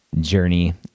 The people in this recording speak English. journey